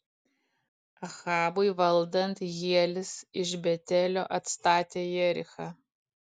ahabui valdant hielis iš betelio atstatė jerichą